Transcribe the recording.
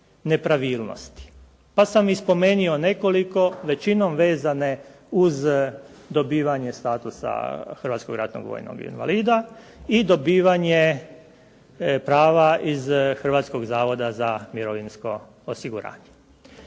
nepravilnosti, pa sam i spomenuo nekoliko većinom vezane uz dobivanje statusa hrvatskog ratnog vojnog invalida i dobivanje prava iz Hrvatskog zavoda za mirovinsko osiguranje.